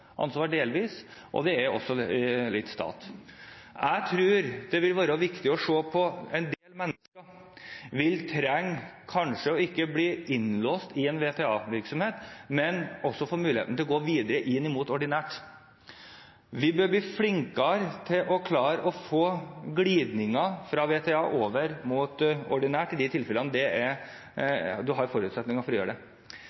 ansvar, og det er også litt statlig. Jeg tror det vil være viktig å se på det at en del mennesker kanskje vil trenge å ikke bli innlåst i en VTA-virksomhet, men også få muligheten til å gå videre inn mot ordinært arbeid. Vi bør bli flinkere til å klare å få glidninger fra VTA over mot ordinært arbeid i de tilfellene en har forutsetning for det. Jeg tror, som det